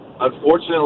unfortunately